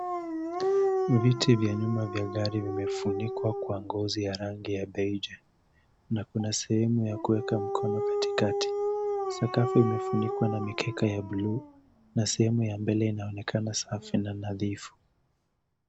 Viti vya nyuma vya gari vimefunikwa kwa ngozi ya rangi ya beige na kuna sehemu ya kuweka mkono katikati. Sakafu imefunikwa na mikeka ya bluu na sehemu ya mbele inaonekana safi na nadhifu.